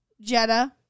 Jetta